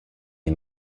les